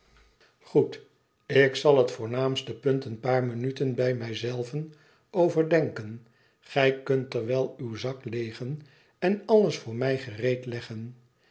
goed ik zal het voornaamste punt een paar minuten bij mij zelven overdenken gij kunt terwijl uw zak leegen en alles voor mij gereed